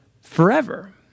forever